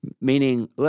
Meaning